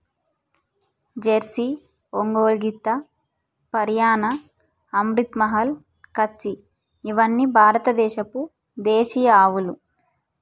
Jersey, Ongole గిత్త, హరియాణా, అమ్రిత్ మహల్, కచ్చి ఇవ్వని భారత దేశపు దేశీయ ఆవులు